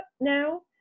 now